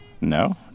No